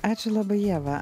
ačiū labai ieva